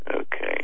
Okay